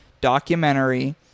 documentary